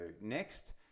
Next